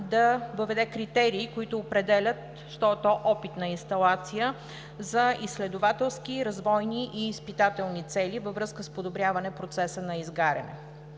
да въведе критерии, които определят що е то „опитна инсталация за изследователски, развойни и изпитателни цели“ във връзка с подобряване процеса на изгаряне.